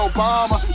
Obama